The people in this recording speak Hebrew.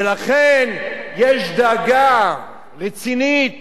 ולכן יש דאגה רצינית,